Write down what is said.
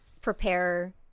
prepare